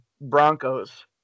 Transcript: Broncos